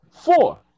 Four